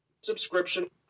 subscription